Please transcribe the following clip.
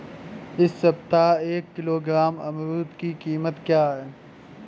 इस सप्ताह एक किलोग्राम अमरूद की कीमत क्या है?